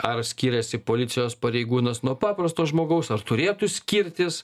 ar skiriasi policijos pareigūnas nuo paprasto žmogaus ar turėtų skirtis